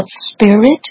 spirit